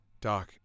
Doc